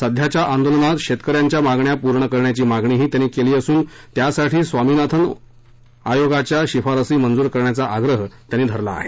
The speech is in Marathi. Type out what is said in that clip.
सध्याच्या आंदोलनात शेतकऱ्यांच्या मागण्या पूर्ण करण्याची मागणीही त्यांनी केली असून त्यासाठी स्वामीनाथन आयोगाच्या शिफारसी मंजूर करण्याचा आग्रह त्यांनी धरला आहे